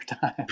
time